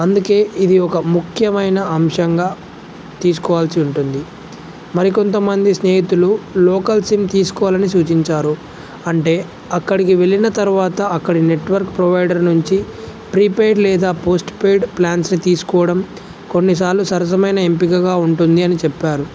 అందుకే ఇది ఒక ముఖ్యమైన అంశంగా తీసుకోవాల్సి ఉంటుంది మరికొంత మంది స్నేహితులు లోకల్ సిమ్ తీసుకోవాలని సూచించారు అంటే అక్కడికి వెళ్ళిన తరువాత అక్కడి నెట్వర్క్ ప్రొవైడర్ నుంచి ప్రీ పేడ్ లేదా పోస్ట్ పేడ్ ప్లాన్స్ని తీసుకోవడం కొన్నిసార్లు సరసమైన ఎంపికగా ఉంటుంది అని చెప్పారు